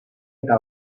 eta